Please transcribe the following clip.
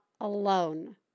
alone